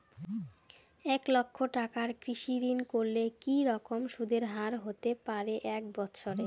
এক লক্ষ টাকার কৃষি ঋণ করলে কি রকম সুদের হারহতে পারে এক বৎসরে?